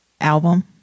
Album